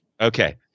Okay